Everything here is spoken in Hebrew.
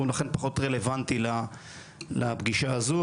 ולכן הוא פחות רלוונטי לפגישה הזו,